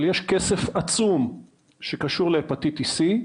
יש כסף עצום שקשור להפטיטיס C,